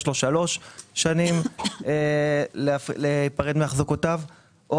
יש לו שלוש שנים להיפרד מאחזקותיו או